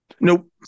Nope